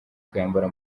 kuyambara